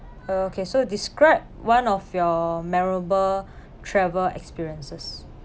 okay so describe one of your memorable travel experiences